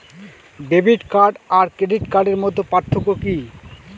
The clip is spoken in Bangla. ডেবিট কার্ড আর ক্রেডিট কার্ডের মধ্যে পার্থক্য কি?